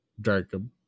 Jacob